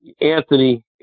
Anthony